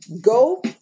go